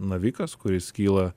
navikas kuris kyla